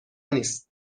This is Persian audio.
نیست